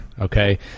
Okay